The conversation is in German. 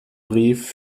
brief